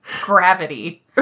Gravity